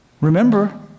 Remember